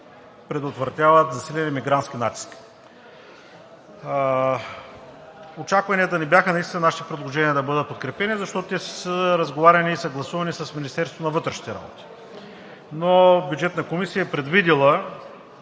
предотвратяват засиления мигрантски натиск. Очакванията ни бяха нашите предложения да бъдат подкрепени, защото те са съгласувани с Министерството на вътрешните работи, но Бюджетната комисия е предвидила